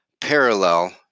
parallel